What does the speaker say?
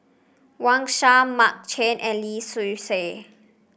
Wang Sha Mark Chan and Lee Seow Ser